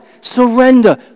Surrender